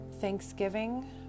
Thanksgiving